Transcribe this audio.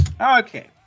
Okay